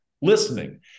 listening